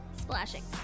Splashing